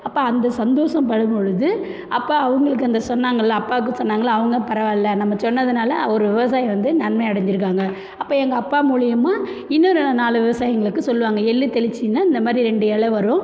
அப்போ அந்த சந்தோஷம் படும் பொழுது அப்பா அவங்களுக்கு அந்த சொன்னாங்கள்ல அப்பாவுக்கு சொன்னாங்கள்ல அவங்க பரவாயில்ல நம்ம சொன்னதனால ஒரு விவசாயி வந்து நன்மை அடைஞ்சிருக்காங்க அப்போ எங்கள் அப்பா மூலயமா இன்னோரு நாலு விவசாயிகளுக்கு சொல்லுவாங்கள் எள் தெளிச்சீங்கன்னால் இந்த மாதிரி ரெண்டு இல வரும்